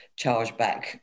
chargeback